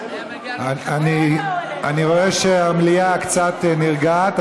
אני רואה שהמליאה קצת נרגעת,